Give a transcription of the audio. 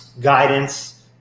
guidance